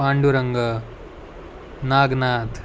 Pandurang Nagnath